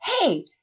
Hey